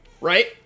right